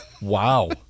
Wow